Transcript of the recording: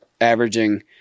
averaging